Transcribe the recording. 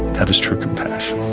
that is true compassion.